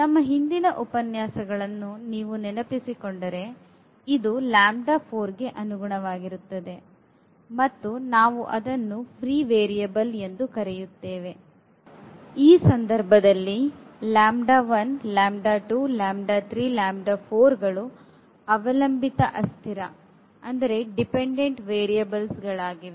ನಮ್ಮ ಹಿಂದಿನ ಉಪನ್ಯಾಸಗಳನ್ನು ನೀವು ನೆನಪಿಸಿಕೊಂಡರೆ ಇದು ಗೆ ಅನುಗುಣವಾಗಿರುತ್ತದೆ ಮತ್ತು ಅದನ್ನು ನಾವು ಫ್ರೀ ವೇರಿಯೇಬಲ್ ಎಂದು ಕರೆಯುತ್ತೇವೆ ಈ ಸಂದರ್ಭದಲ್ಲಿ ಗಳು ಅವಲಂಬಿತ ಅಸ್ಥಿರ ಗಳಾಗಿವೆ